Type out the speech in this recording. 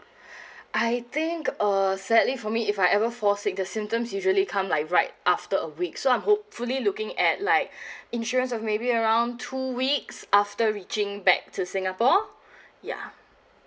I think err sadly for me if I ever fall sick the symptoms usually come by right after a week so I'm hopefully looking at like insurance of maybe around two weeks after reaching back to singapore ya